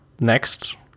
next